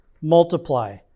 multiply